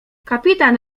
kapitan